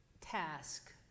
task